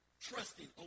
trusting